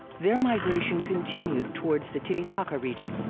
their migration continued towards the titicaca region.